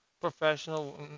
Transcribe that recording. professional